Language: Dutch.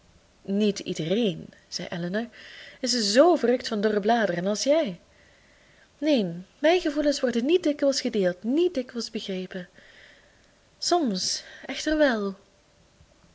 niet iedereen zei elinor is z verrukt van dorre bladeren als jij neen mijn gevoelens worden niet dikwijls gedeeld niet dikwijls begrepen soms echter